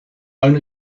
own